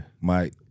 Mike